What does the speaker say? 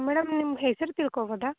madam ನಿಮ್ಮ ಹೆಸ್ರು ತಿಳ್ಕೊಬೋದಾ